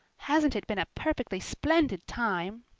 hasn't it been a perfectly splendid time?